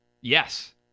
Yes